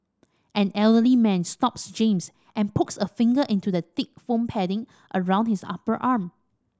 an elderly man stops James and pokes a finger into the thick foam padding around his upper arm